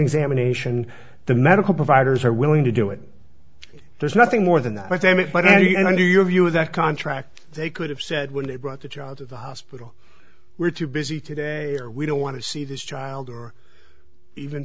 examination the medical providers are willing to do it there's nothing more than that but then it but i knew your view of that contract they could have said when they brought the child to the hospital we're too busy today or we don't want to see this child or even